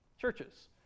Churches